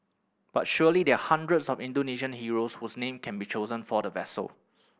but surely there are hundreds of Indonesian heroes whose name can be chosen for the vessel